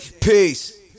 Peace